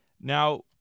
Now